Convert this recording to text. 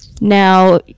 Now